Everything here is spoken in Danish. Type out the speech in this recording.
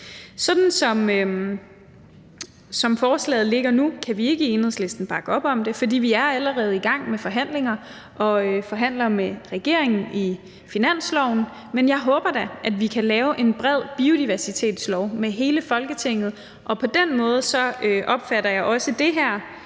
Sådan som forslaget ligger nu, kan vi ikke i Enhedslisten bakke op om det, for vi er allerede i gang med forhandlinger med regeringen om finansloven, men jeg håber da, at vi kan lave en bred biodiversitetslov med hele Folketinget, og på den måde opfatter jeg også det her